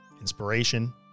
inspiration